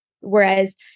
Whereas